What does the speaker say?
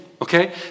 Okay